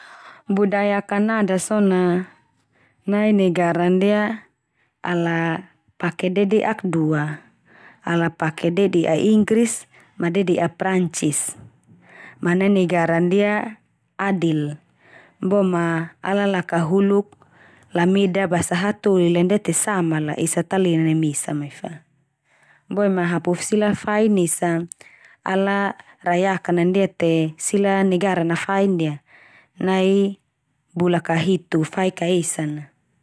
Budaya Kanada so na nai negara ndia ala pake dede'ak dua ala pake dede'a inggris ma dede'a Prancis. Ma nai negara ndia adil, bo ma ala lakahuluk lameda basa hatoli la ndia te samala, esa ta lena neme esa mai fa, boe ma hapu sila fain esa ala rayakan a ndia te sila negara na fain ndia nai bula ka hitu fai ka esa na.